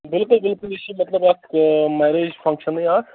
بالکل بالکل یہِ چھِ مطلب اَکھ میریج فَنٛگشَنٕے اَکھ